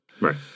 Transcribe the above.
Right